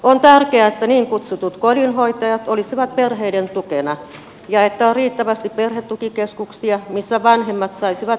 on tärkeää että niin kutsutut kodinhoitajat olisivat perheiden tukena ja että on riittävästi perhetukikeskuksia missä vanhemmat saisivat vertaistukea